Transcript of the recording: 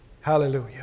Hallelujah